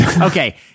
Okay